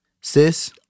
Sis